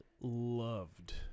loved